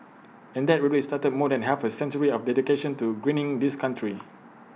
and that really started more than half A century of dedication to greening this country